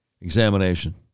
examination